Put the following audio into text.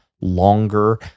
longer